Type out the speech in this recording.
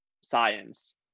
science